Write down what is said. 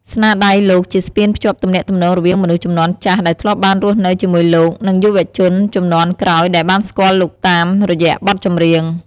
ស្នាដៃលោកជាស្ពានភ្ជាប់ទំនាក់ទំនងរវាងមនុស្សជំនាន់ចាស់ដែលធ្លាប់បានរស់នៅជាមួយលោក និងយុវជនជំនាន់ក្រោយដែលបានស្គាល់លោកតាមរយៈបទចម្រៀង ។